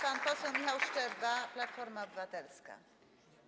Pan poseł Michał Szczerba, Platforma Obywatelska.